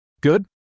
Good